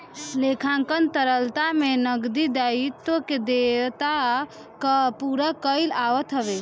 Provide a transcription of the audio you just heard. लेखांकन तरलता में नगदी दायित्व के देयता कअ पूरा कईल आवत हवे